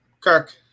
Kirk